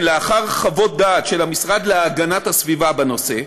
לכן, לאחר חוות דעת של המשרד להגנת הסביבה בנושא,